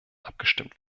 abgestimmt